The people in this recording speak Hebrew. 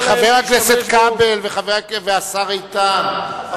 חבר הכנסת כבל והשר איתן,